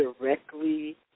directly